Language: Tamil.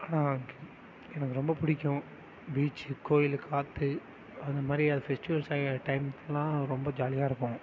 ஆனால் எனக்கு ரொம்ப பிடிக்கும் பீச்சு கோயிலு காற்று அது மாதிரி அது ஃபெஸ்டிவெல் டைம்க்குலாம் ரொம்ப ஜாலியாகருக்கும்